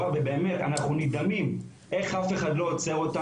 שהקורונה היה נאכף רק באזור העיר